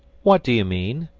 what do you mean?